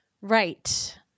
Right